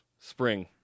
spring